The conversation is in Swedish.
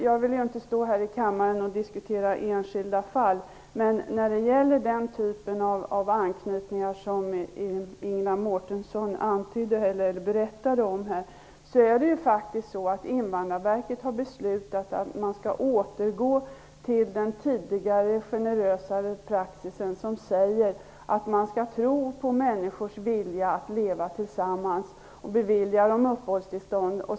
Jag vill inte stå här i kammaren och diskutera enskilda fall, men när det gäller den typ av anknytningar som Ingela Mårtensson berättade om har Invandrarverket faktiskt beslutat att man skall återgå till den tidigare generösare praxisen, som säger att man skall tro på människors vilja att leva tillsammans och bevilja dem uppehållstillstånd.